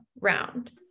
round